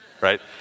Right